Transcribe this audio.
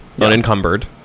unencumbered